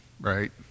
right